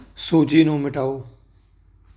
ਸੂਚੀ ਨੂੰ ਮਿਟਾਓ